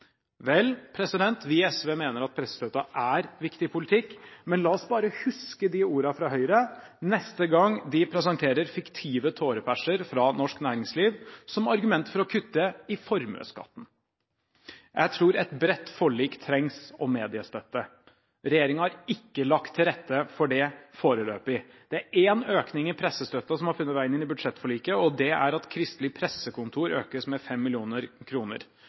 Vel, vi i SV mener at pressestøtten er viktig politikk, men la oss bare huske de ordene fra Høyre neste gang de presenterer fiktive tåreperser fra norsk næringsliv som argument for å kutte i formuesskatten. Jeg tror et bredt forlik om mediestøtte trengs. Regjeringen har ikke lagt til rette for det foreløpig. Det er en økning i pressestøtten som har funnet veien inn i budsjettforliket, og det er at Kristelig Pressekontor økes med